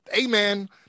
amen